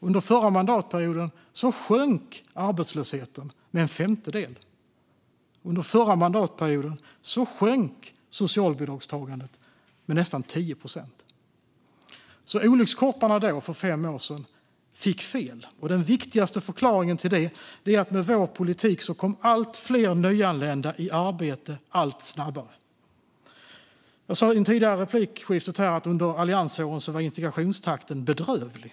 Under förra mandatperioden sjönk också arbetslösheten med en femtedel. Under förra mandatperioden sjönk socialbidragstagandet med nästan 10 procent. Olyckskorparna för fem år sedan fick alltså fel. Den viktigaste förklaringen till det är att med vår politik kom allt fler nyanlända i arbete allt snabbare. Jag sa i ett tidigare replikskifte att under alliansåren var integrationstakten bedrövlig.